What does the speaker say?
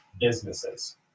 businesses